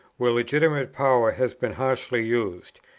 where legitimate power has been harshly used.